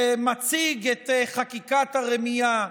שמציג את חקיקת הרמייה,